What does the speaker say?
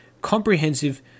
Comprehensive